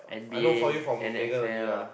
I know for you for Megan only lah